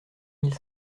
mille